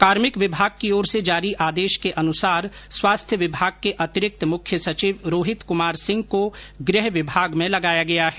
कार्मिक विभाग की ओर से जारी आदेश के अनुसार स्वास्थ्य विभाग के अतिरिक्त मुख्य सचिव रोहित कुमार सिंह को गृह विभाग में लगाया गया है